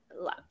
love